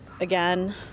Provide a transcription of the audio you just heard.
again